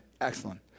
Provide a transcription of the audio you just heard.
Excellent